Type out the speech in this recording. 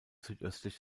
südöstlich